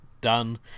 done